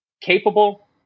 capable